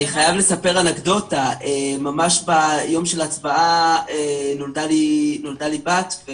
ממש ביום ההצבעה נולדה לי בת.